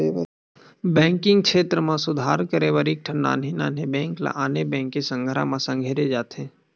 banking छेत्र म सुधार करे बर कइठन नान्हे नान्हे बेंक ल आने बेंक के संघरा म संघेरे जाथे